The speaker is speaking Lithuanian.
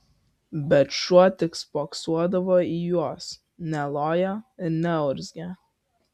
bet šuo tik spoksodavo į juos nelojo ir neurzgė